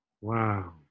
Wow